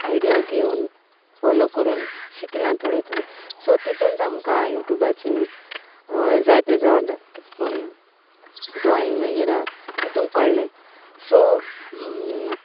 idea घेवन follow करून शिकलां थोडें थोडें सो तितून आमकां युट्यूबाचेर जायतें जावन कितकून ड्रॉइंग वगेरा तितू कळ्ळें सो